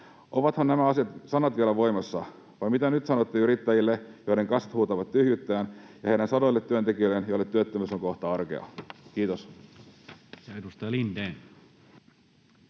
Ovathan nämä sanat vielä voimassa, vai mitä nyt sanotte yrittäjille, joiden kassat huutavat tyhjyyttään, ja heidän sadoille työntekijöilleen, joille työttömyys on kohta arkea? — Kiitos.